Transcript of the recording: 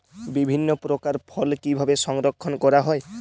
বিভিন্ন প্রকার ফল কিভাবে সংরক্ষণ করা হয়?